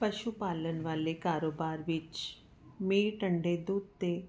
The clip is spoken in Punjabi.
ਪਸ਼ੂ ਪਾਲਣ ਵਾਲੇ ਕਾਰੋਬਾਰ ਵਿੱਚ ਮੀਂਹ ਟੰਡੇ ਦੁੱਧ ਤੇ